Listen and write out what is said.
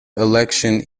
election